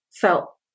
felt